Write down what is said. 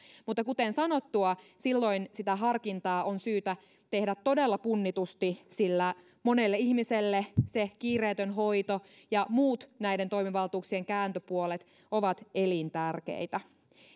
mutta kuten sanottua silloin sitä harkintaa on syytä tehdä todella punnitusti sillä monelle ihmiselle se kiireetön hoito ja muut näiden toimivaltuuksien kääntöpuolet ovat elintärkeitä